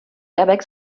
airbags